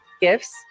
gifts